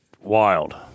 wild